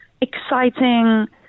exciting